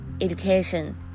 Education